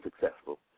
successful